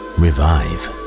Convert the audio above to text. revive